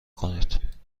کنید